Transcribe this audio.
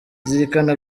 zirikana